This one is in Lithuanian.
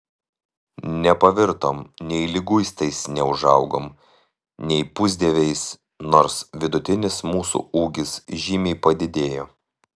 nepavirtom nei liguistais neūžaugom nei pusdieviais nors vidutinis mūsų ūgis žymiai padidėjo